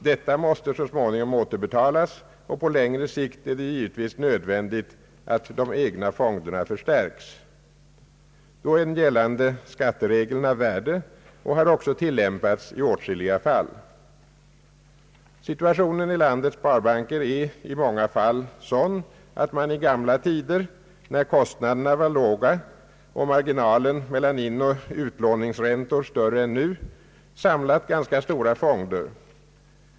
Detta måste så småningom återbetalas, och på längre sikt är det givetvis nödvändigt att de egna fonderna förstärks. Då är gällande skatteregler av värde och har också tillämpats i åtskilliga fall. Situationen i landets sparbanker är i många fall sådan att man i gamla tider, när kostnaderna var låga och marginalen mellan inoch utlåningsräntor var större än nu, samlat ganska stora fonder.